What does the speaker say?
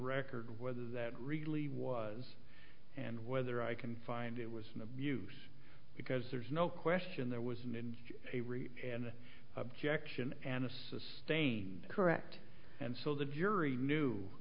record whether that really was and whether i can find it was an abuse because there's no question there was an in a an objection and a sustained correct and so the jury knew